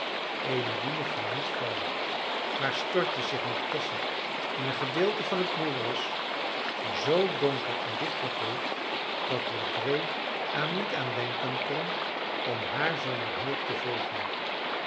emmeline viel niet flauw maar stortte zich met cassy in een gedeelte van het moeras zoo donker en dicht begroeid dat legree er niet aan denken kon om haar zonder hulp te volgen